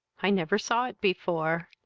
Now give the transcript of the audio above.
i never saw it before.